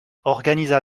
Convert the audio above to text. organisa